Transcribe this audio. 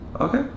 okay